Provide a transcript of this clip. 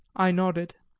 i nodded.